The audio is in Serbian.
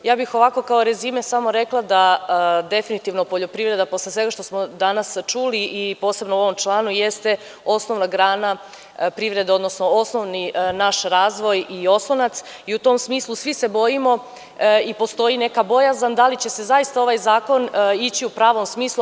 Ja bih ovako kao rezime samo rekla da definitivno poljoprivreda, posle svega što smo danas čuli i posebno u ovom članu, jeste osnovna grana privrede, odnosno osnovni naš razvoj i oslonac i u tom smislu svi se bojimo i postoji neka bojazan da li će zaista ovaj zakon ići u pravom smislu.